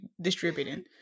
distributing